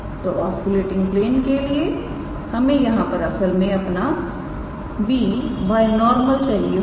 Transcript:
तो ऑस्कुलेटिंग प्लेनके लिए हमें यहां पर असल में अपना 𝑏̂ बाय नॉर्मल चाहिए होगा